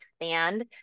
expand